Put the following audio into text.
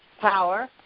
power